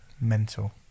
mental